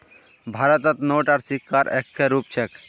भारतत नोट आर सिक्कार एक्के रूप छेक